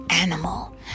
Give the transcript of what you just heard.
animal